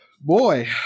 boy